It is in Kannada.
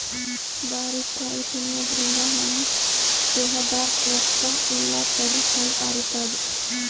ಬಾರಿಕಾಯಿ ತಿನಾದ್ರಿನ್ದ ನಮ್ ದೇಹದಾಗ್ ರಕ್ತ ಎಲ್ಲಾಕಡಿ ಚಂದ್ ಹರಿತದ್